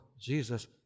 Jesus